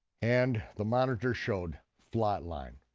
and the monitors showed flat line,